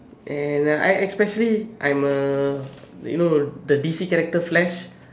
and I especially I'm a you know the D_C character flash